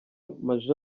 maj